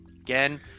again